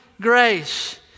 grace